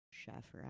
Chef